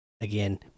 again